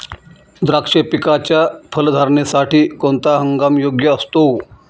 द्राक्ष पिकाच्या फलधारणेसाठी कोणता हंगाम योग्य असतो?